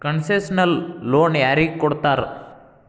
Concessional loan ಯಾರಿಗ್ ಕೊಡ್ತಾರ?